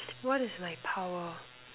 what is my power